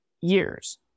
years